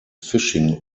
fishing